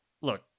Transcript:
Look